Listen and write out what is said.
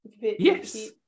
Yes